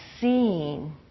seeing